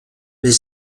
mais